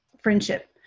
friendship